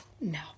No